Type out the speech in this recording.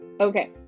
okay